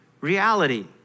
reality